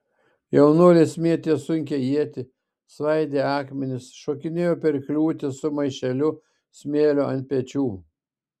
jaunuolis mėtė sunkią ietį svaidė akmenis šokinėjo per kliūtis su maišeliu smėlio ant pečių